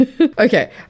Okay